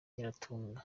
nyiratunga